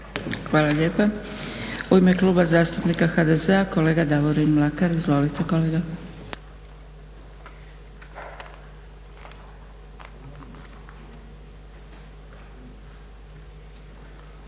Hvala lijepa. U ime Kluba zastupnika HDZ-a kolega Davorin Mlakar. Izvolite kolega.